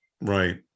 Right